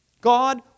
God